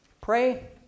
pray